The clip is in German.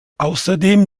außerdem